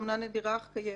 אמנם נדירה אך קיימת,